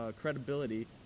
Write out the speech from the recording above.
credibility